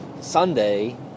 Sunday